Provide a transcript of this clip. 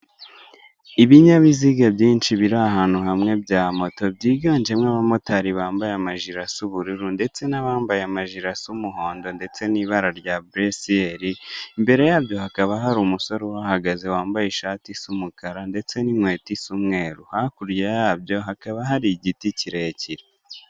Ibinyabiziga byinshi biri ahantu hamwe bya moto byiganjemo abamotari bambaye amajire asa ubururu, ndetse n'abambaye amajira z'umuhondo ndetse n'ibara rya bulesiyeri, imbere yabyo hakaba hari umusore uhagaze wambaye ishati isa umukara, ndetse n'inkweto z'umweru hakurya yabyo hakaba hari igiti kirekire.